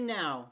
now